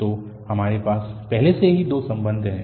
तो हमारे पास पहले से ही दो संबंध हैं